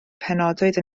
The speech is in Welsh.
penodwyd